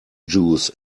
juice